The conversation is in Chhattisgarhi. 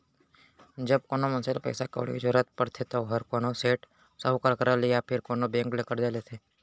जब कोनो मनसे ल पइसा कउड़ी के जरूरत परथे त ओहर कोनो सेठ, साहूकार करा ले या फेर कोनो बेंक ले करजा लेथे